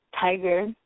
Tiger